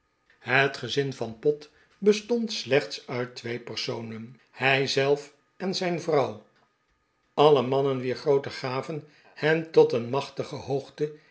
het gezin van pott bestond slechts uit twee personen hij zelf en zijn vrouw alle mannen wier groote gaven hen tot een machtige hoogte